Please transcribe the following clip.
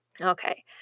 okay